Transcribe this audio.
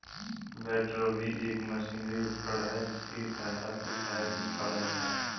बैटरबी एक मशीनी उपकरण है जिसकी सहायता से शहद निकाला जाता है